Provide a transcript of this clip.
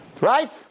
Right